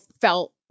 felt